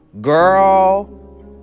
Girl